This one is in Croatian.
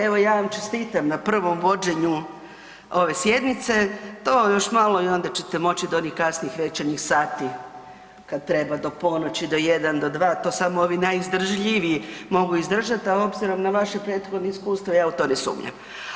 Evo, ja vam čestitam na prvom vođenju ove sjednice, to ovo još malo i onda ćete moći do onih kasnih večernjih sati kad treba do ponoći, do jedan, do dva, to samo ovi najizdržljiviji mogu izdržat, a obzirom na vaše prethodno iskustvo ja u to ne sumnjam.